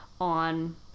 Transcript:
on